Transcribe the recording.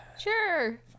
Sure